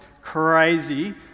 crazy